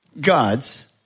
God's